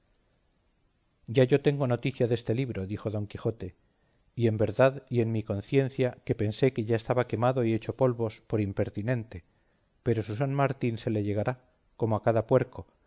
ya yo tengo noticia deste libro dijo don quijote y en verdad y en mi conciencia que pensé que ya estaba quemado y hecho polvos por impertinente pero su san martín se le llegará como a cada puerco